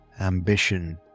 ambition